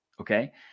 okay